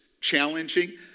challenging